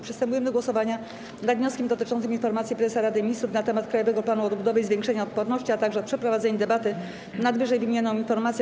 Przystępujemy do głosowania nad wnioskiem dotyczącym informacji prezesa Rady Ministrów na temat Krajowego Planu Odbudowy i Zwiększenia Odporności, a także przeprowadzenia debaty nad ww. informacją.